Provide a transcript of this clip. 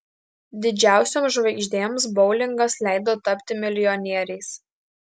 didžiausioms žvaigždėms boulingas leido tapti milijonieriais